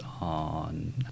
on